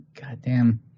goddamn –